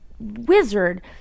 wizard